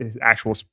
actual